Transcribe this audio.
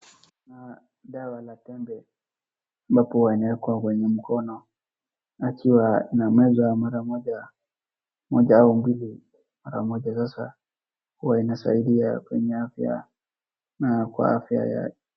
Kuna dawa la tembe ambapo iawekwa kwenye mkono akiwa inamezwa mara moja moja au mbili moja sasa huwa inasaidia kwenye afya na kwa afya ya.